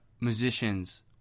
musicians